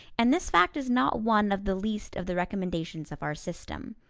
and this fact is not one of the least of the recommendations of our system.